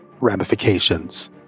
ramifications